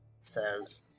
says